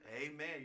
Amen